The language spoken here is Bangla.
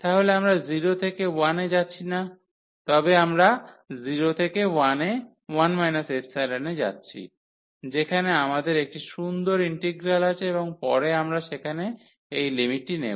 তাহলে আমরা 0 থেকে 1 এ যাচ্ছি না তবে আমরা 0 থেকে 1 ϵ এ যাচ্ছি যেখানে আমাদের একটি সুন্দর ইন্টিগ্রাল আছে এবং পরে আমরা সেখানে এই লিমিটটি নেব